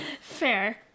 fair